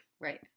Right